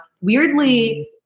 weirdly